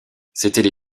c’étaient